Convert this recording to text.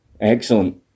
excellent